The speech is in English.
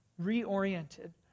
reoriented